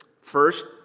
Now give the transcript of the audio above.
first